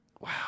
wow